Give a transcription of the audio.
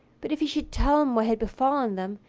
but if he should tell him what had befallen them,